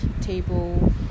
table